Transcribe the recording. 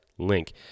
Link